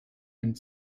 and